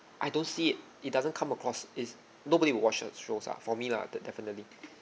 I don't see it it doesn't come across is nobody will watch the shows lah for me lah def~ definitely